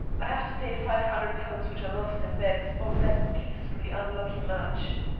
i have to pay five hundred pounds which i lost in bets over that beastly unlucky match.